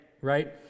right